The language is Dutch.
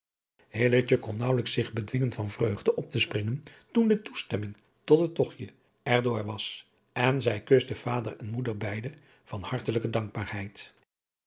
kon naauwelijks zich bedwingen van vreugde op te springen toen de toestemming tot het togtje er door was en zij kuste vader en moeder beide van hartelijke dankbaarheid